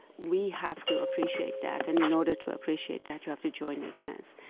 we have to appreciate that. and in order to appreciate that, you have to join the dance.